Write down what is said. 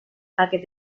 aquest